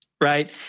right